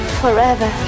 forever